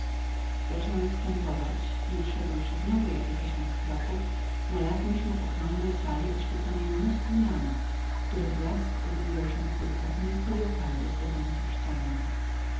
zacząłem wstępować i uszedłszy znowu jakie tysiąc kroków znalazłem się śród okrągłej sali oświeconej mnóstwem lamp których blask odbijał się w płytach miki i opalu zdobiących ściany